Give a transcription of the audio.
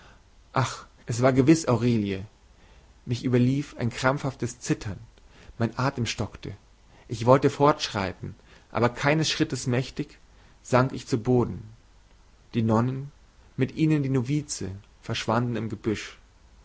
ach es war gewiß aurelie mich überfiel ein krampfhaftes zittern mein atem stockte ich wollte vorschreiten aber keines schrittes mächtig sank ich zu boden die nonnen mit ihnen die novize verschwanden im gebüsch